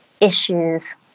issues